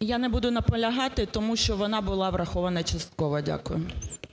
Я не буду наполягати, тому що вона була врахована частково. Дякую.